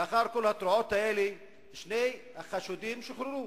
לאחר כל התרועות האלה שני החשודים שוחררו,